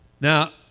Now